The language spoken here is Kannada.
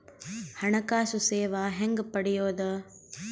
ಹಣಕಾಸು ಸೇವಾ ಹೆಂಗ ಪಡಿಯೊದ?